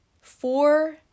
four